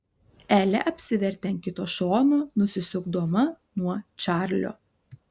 elė apsivertė ant kito šono nusisukdama nuo čarlio